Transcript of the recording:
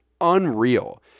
unreal